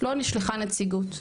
לא נשלחה נציגות,